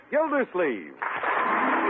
Gildersleeve